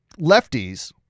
lefties